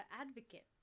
advocate